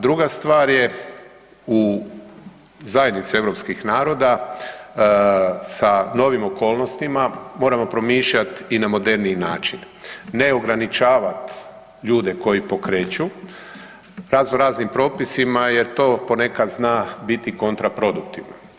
Druga stvar je u zajednici europskih naroda sa novim okolnostima, moramo promišljat i na moderniji način, ne ograničavat ljude koji pokreću raznoraznim propisima jer to ponekad zna biti kontraproduktivno.